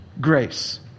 grace